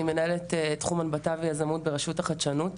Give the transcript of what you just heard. אני מנהלת תחום הנבטה ויזמות ברשות החדשנות,